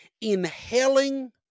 Inhaling